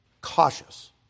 cautious